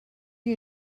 you